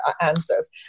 answers